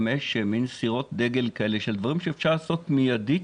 חמש סירות דגל של דברים שאפשר לעשות מידית,